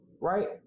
right